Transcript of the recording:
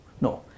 No